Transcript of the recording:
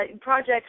projects